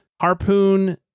harpoon